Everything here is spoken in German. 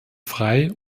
frei